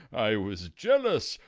i was jealous.